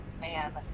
Man